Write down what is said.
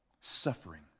Suffering